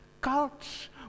cults